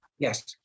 Yes